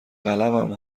قلمم